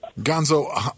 Gonzo